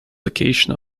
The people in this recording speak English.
location